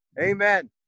amen